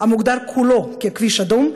המוגדר כולו "כביש אדום"?